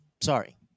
sorry